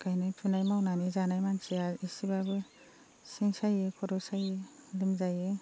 गायनाय फुनाय मावनानै जानाय मानसिया एसेब्लाबो सिं सायो खर' सायो लोमजायो